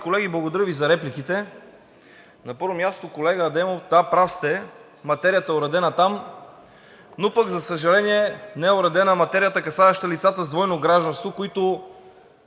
колеги, благодаря Ви за репликите. На първо място, колега Адемов – да, прав сте, материята е уредена там, но за съжаление, не е уредена материята, касаеща лицата с двойно гражданство, които